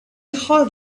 heard